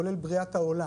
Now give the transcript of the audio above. כולל על בריאת העולם,